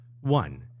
One